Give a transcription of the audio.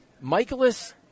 Michaelis